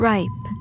Ripe